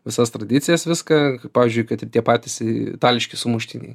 visas tradicijas viską pavyzdžiui kad tie patys itališki sumuštiniai